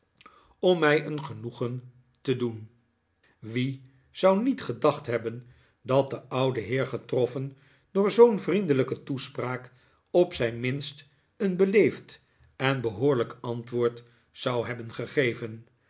om mij een genoegen te doen wie zou niet gedacht hebben dat de oude heer getroffen door zoo'n vriendelijke toespraak op zijn minst een beleefd en behoorlijk antwoord zou hebben gegeven